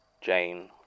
Jane